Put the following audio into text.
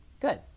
Good